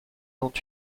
dont